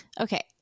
okay